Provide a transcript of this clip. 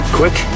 quick